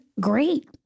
great